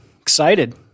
excited